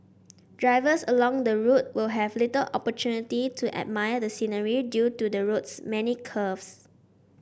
drivers along the route will have little opportunity to admire the scenery due to the road's many curves